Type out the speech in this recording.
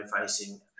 facing